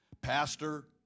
Pastor